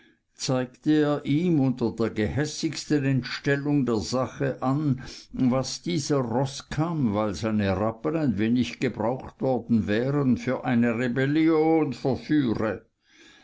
zeigte er ihm unter der gehässigsten entstellung der sache an was dieser roßkamm weil seine rappen ein wenig gebraucht worden wären für eine rebellion verführe